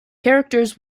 characters